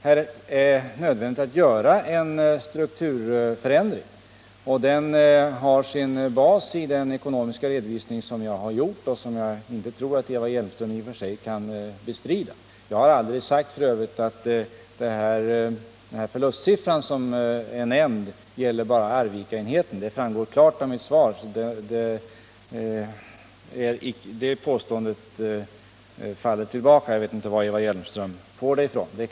Det är nödvändigt att genomföra en strukturförändring, och den har sin grund i de ekonomiska förhållanden som jag redovisat och som jag inte tror att Eva Hjelmström kan bestrida. Jag har f. ö. aldrig sagt att det enda förlustbeloppet gäller enbart Arvikaenheten. Det framgår klart av mitt svar att så inte är fallet, och jag förstår därför inte vad Eva Hjelmström grundar sitt påstående på.